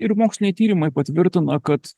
ir moksliniai tyrimai patvirtina kad